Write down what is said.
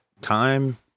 time